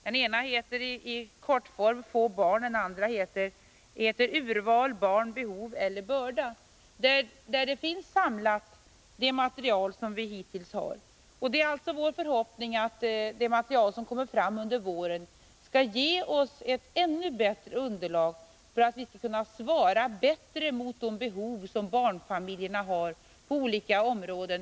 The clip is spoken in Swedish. Den ena heter i kortform Få barn, och den andra heter Barn — behov eller börda, där det material som hittills framkommit finns samlat. Det är alltså vår förhoppning att det material som kommer fram under våren skall ge oss ett ännu bättre underlag. Med detta som utgångspunkt skall vi bättre kunna tillfredsställa de behov som barnfamiljerna har på olika områden.